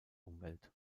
umwelt